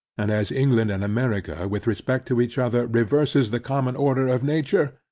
and as england and america, with respect to each other, reverses the common order of nature,